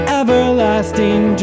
everlasting